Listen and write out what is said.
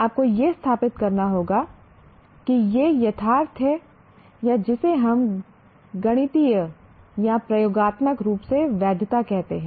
आपको यह स्थापित करना होगा कि यह यथार्थ है या जिसे हम गणितीय या प्रयोगात्मक रूप से वैधता कहते हैं